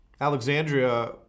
Alexandria